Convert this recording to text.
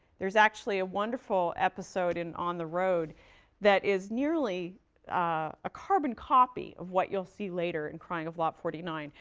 there's actually a wonderful episode in on the road that is nearly a carbon copy of what you'll see later in crying of lot forty nine,